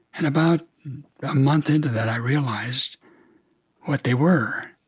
and about a month into that, i realized what they were.